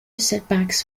setbacks